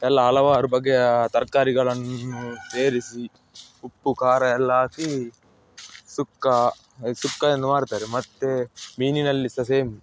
ಎಲ್ಲ ಹಲವಾರು ಬಗೆಯ ತರಕಾರಿಗಳನ್ನು ಸೇರಿಸಿ ಉಪ್ಪು ಖಾರ ಎಲ್ಲ ಹಾಕಿ ಸುಕ್ಕ ಈ ಸುಕ್ಕ ಎಂದು ಮಾಡುತ್ತಾರೆ ಮತ್ತೆ ಮೀನಿನಲ್ಲಿ ಸಹ ಸೇಮ್